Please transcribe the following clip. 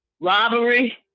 robbery